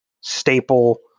staple